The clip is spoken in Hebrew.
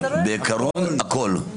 בעיקרון הכול.